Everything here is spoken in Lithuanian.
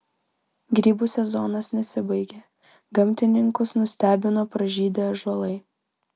grybų sezonas nesibaigia gamtininkus nustebino pražydę ąžuolai